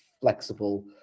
flexible